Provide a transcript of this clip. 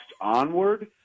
Onward